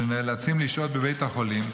שנאלצים לשהות בבית החולים,